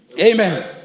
Amen